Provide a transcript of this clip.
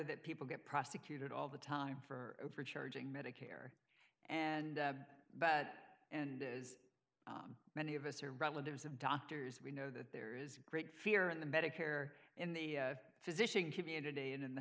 that people get prosecuted all the time for overcharging medicare and that and as many of us are relatives of doctors we know that there is great fear in the medicare in the physician community and in the